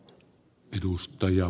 herra puhemies